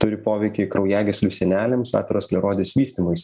turi poveikį kraujagyslių sienelėms aterosklerozės vystymuisi